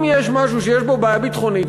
אם יש משהו שיש בו בעיה ביטחונית,